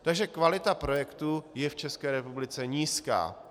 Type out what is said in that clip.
Takže kvalita projektů je v České republice nízká.